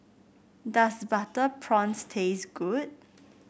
does Butter Prawns taste good